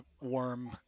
warm